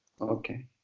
Okay